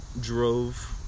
drove